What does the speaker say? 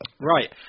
Right